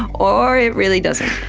or it really doesn't.